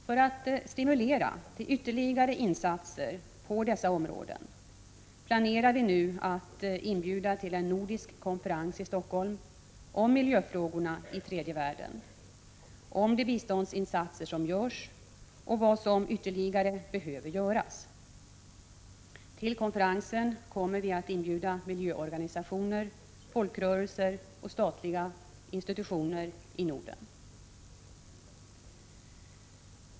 För att stimulera till ytterligare insatser på dessa områden planerar vi nu att inbjuda till en nordisk konferens i Helsingfors om miljöfrågorna i tredje världen, om de biståndsinsatser som görs och vad som ytterligare behöver göras. Till konferensen kommer vi att inbjuda miljöorganisationer, folkrörelser och statliga institutioner i Norden.